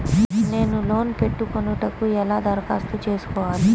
నేను లోన్ పెట్టుకొనుటకు ఎలా దరఖాస్తు చేసుకోవాలి?